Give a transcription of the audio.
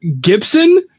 Gibson